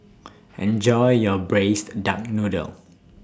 Enjoy your Braised Duck Noodle